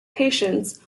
patients